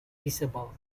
feasible